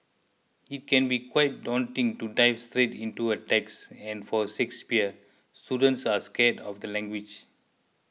it can be quite daunting to dive straight into a text and for Shakespeare students are scared of the language